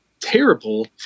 terrible